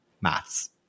maths